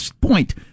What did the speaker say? point